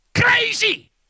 Crazy